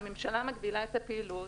והממשלה מגבילה את הפעילות,